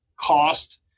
cost